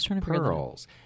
pearls